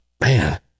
Man